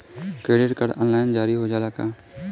Credit card online जारी हो जाला का?